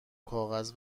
کاغذ